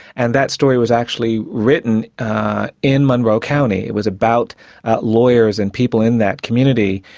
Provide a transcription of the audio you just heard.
and that story was actually written in monroe county. it was about lawyers and people in that community,